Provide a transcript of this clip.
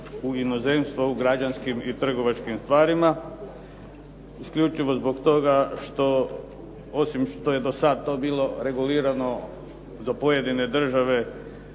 u inozemstvo u građanskim i trgovačkim stvarima, isključivo zbog toga što osim što je do tada to bilo regulirano za pojedine države